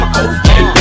okay